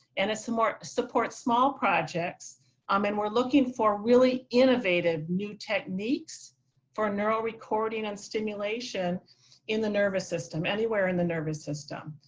support support small projects um and we're looking for really innovative new techniques for neuro recording and stimulation in the nervous system, anywhere in the nervous system.